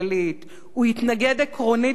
הוא התנגד עקרונית לשביתות.